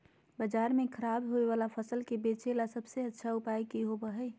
बाजार में खराब होबे वाला फसल के बेचे ला सबसे अच्छा उपाय की होबो हइ?